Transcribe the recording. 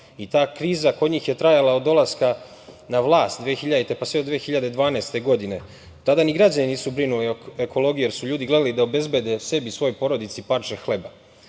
Ta kriza kod njih je trajala od dolaska na vlast 2000. godine, pa sve do 2012. godine. Tada ni građani nisu brinuli o ekologiji, jer su ljudi gledali da obezbede sebi i svojoj porodici parče hleba.